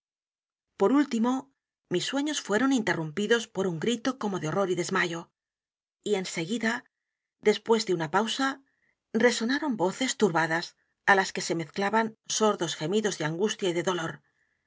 por último mi sueños fueron interrumpidos por un grito como de horror y desmayo y en seguida después de una pausa resonaron voces t u r b a d a s á las que se mezclaban sordos gemidos de angustia y de dolor